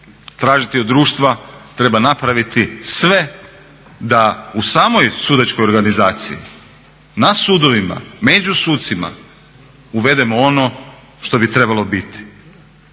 tražiti od društva, treba napraviti sve da u samoj sudačkoj organizaciji na sudovima, među sucima uvedemo ono što bi trebalo biti,